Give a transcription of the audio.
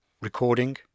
recording